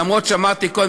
למרות שאמרתי קודם,